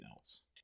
else